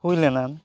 ᱦᱩᱭ ᱞᱮᱱᱟ